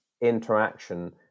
interaction